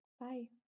Bye